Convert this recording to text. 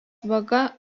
vaga